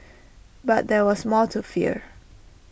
but there was more to fear